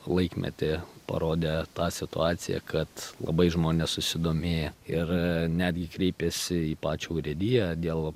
laikmetį parodė tą situaciją kad labai žmonės susidomėję ir netgi kreipėsi į pačią urėdiją dėl